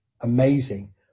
amazing